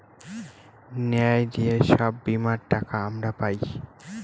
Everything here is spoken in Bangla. ন্যায় দিয়ে সব বীমার টাকা আমরা পায়